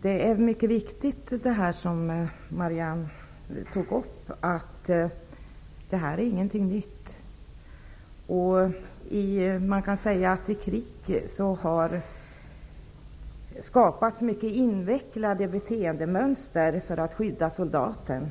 Som Marianne Andersson sade är det mycket viktigt att understryka att detta inte är något nytt. Man kan säga att det i krig har skapats mycket invecklade beteendemönster för att skydda soldaten,